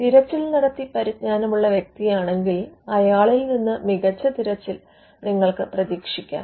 തിരച്ചിൽ നടത്തി പരിജ്ഞാനമുള്ള വ്യക്തിയാണെങ്കിൽ അയാളിൽ നിന്ന് മികച്ച തിരയൽ നിങ്ങൾക്ക് പ്രതീക്ഷിക്കാം